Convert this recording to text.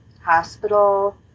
hospital